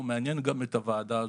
הוא מעניין גם את הוועדה הזאת,